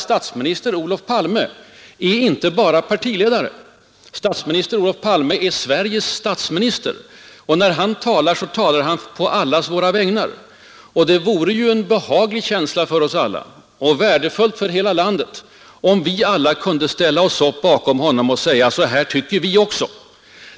Statsminister Olof Palme är inte bara partiledare; Olof Palme är Sveriges statsminister. När han talar, talar han på allas våra vägnar. Det vore inte bara behagligt utan också värdefullt för hela landet om vi alla kunde ställa oss upp bakom honom och säga: Så här tycker vi också.